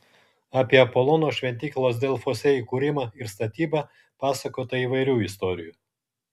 apie apolono šventyklos delfuose įkūrimą ir statybą pasakota įvairių istorijų